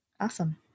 Awesome